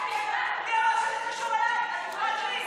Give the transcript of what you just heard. זה לא קשור אליך בכלל.